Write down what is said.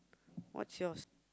what's yours